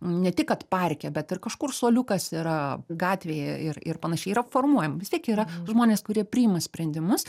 ne tik kad parke bet ir kažkur suoliukas yra gatvėje ir ir panašiai formuojam vis tiek yra žmonės kurie priima sprendimus